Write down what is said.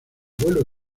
vuelo